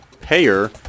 payer